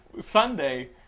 Sunday